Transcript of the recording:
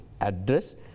address